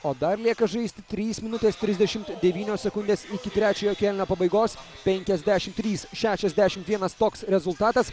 o dar lieka žaisti trys minutės trisdešim devynios sekundės iki trečiojo kėlinio pabaigos penkiasdešim trys šešiasdešim vienas toks rezultatas